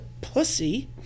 pussy